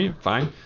fine